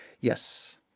Yes